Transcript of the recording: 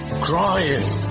crying